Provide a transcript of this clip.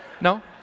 No